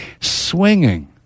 swinging